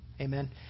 Amen